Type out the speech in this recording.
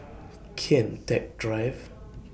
Kian Teck Drive